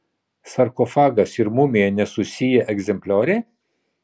sarkofagas ir mumija nesusiję egzemplioriai